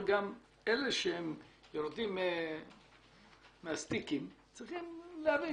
וגם אלה שיורדים מהסטיקים צריכים להבין